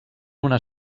una